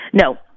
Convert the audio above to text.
No